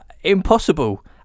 impossible